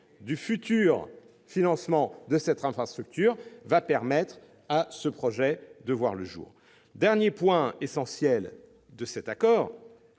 25 % du financement de cette infrastructure, permettra à ce projet de voir le jour. Dernier point essentiel de cet accord